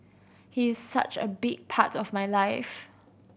he is such a big part of my life